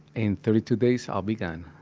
in thirty two days i'll be gone